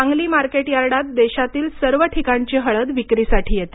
Sangli market यार्डात देशातील सर्व ठिकाणची हळद विक्रीसाठी येते